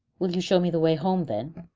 will you show me the way home, then?